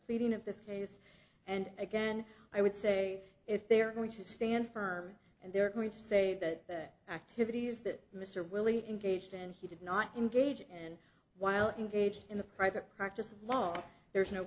reading of this case and again i would say if they're going to stand firm and they're going to say that activities that mr willie engaged in he did not engage in while engaged in a private practice while there is no